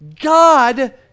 God